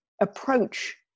approach